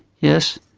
yes,